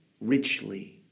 richly